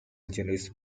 injuries